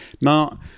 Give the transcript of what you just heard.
Now